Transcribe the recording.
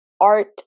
art